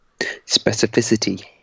specificity